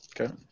Okay